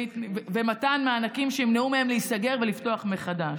לתת מענקים שימנעו מהם להיסגר ולפתוח מחדש.